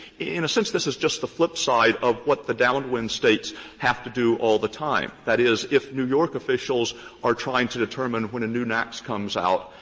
in a sense this is just the flip side of what the downwind states have to do all the time. that is, if new york officials are trying to determine when a new naaqs comes out,